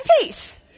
peace